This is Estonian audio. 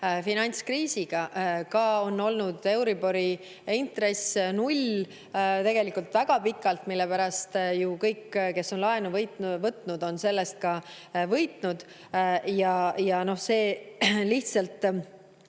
finantskriisiga. Ka euribori intress on olnud null tegelikult väga pikalt, mille pärast ju kõik, kes on laenu võtnud, on sellest ka võitnud. Ja see lihtsalt